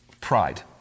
Pride